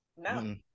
No